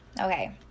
Okay